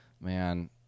Man